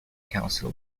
council